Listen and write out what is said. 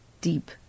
Deep